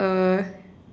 uh